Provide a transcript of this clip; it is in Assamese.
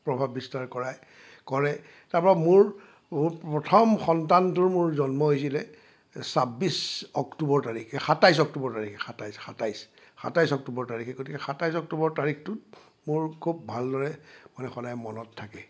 প্ৰভাৱ বিস্তাৰ কৰায় কৰে তাৰপৰা মোৰ প্ৰথম সন্তানটোৰ মোৰ জন্ম হৈছিলে চাব্বিছ অক্টোবৰ তাৰিখে সাতাইছ অক্টোবৰ তাৰিখে সাতাইছ সাতাইছ সাতাইছ অক্টোবৰ তাৰিখে গতিকে সাতাইছ অক্টোবৰ তাৰিখটো মোৰ খুব ভালদৰে মানে সদায় মনত থাকে